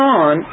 on